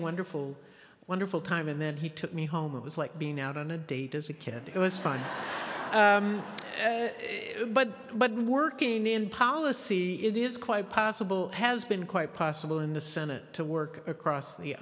wonderful wonderful time and then he took me home it was like being out on a date as a kid it was fine i but but working in policy it is quite possible has been quite possible in the senate to work across the